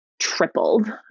Tripled